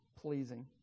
pleasing